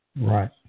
Right